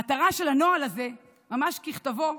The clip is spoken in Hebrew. המטרה של הנוהל הזה, ממש ככתבו,